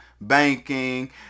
banking